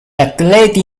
atleti